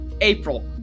April